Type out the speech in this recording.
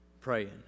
praying